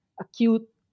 acute